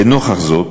לנוכח זאת,